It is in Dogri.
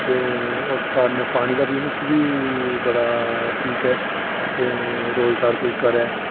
ते उस कारण पानी दा बिज़नेस बी बड़ा ठीक ऐ ते रोज़गार कोई करै